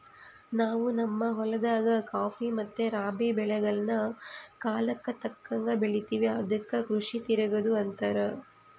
ನಾವು ನಮ್ಮ ಹೊಲದಾಗ ಖಾಫಿ ಮತ್ತೆ ರಾಬಿ ಬೆಳೆಗಳ್ನ ಕಾಲಕ್ಕತಕ್ಕಂಗ ಬೆಳಿತಿವಿ ಅದಕ್ಕ ಕೃಷಿ ತಿರಗದು ಅಂತಾರ